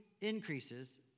increases